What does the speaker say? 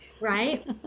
right